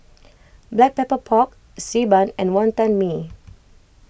Black Pepper Pork Xi Ban and Wonton Mee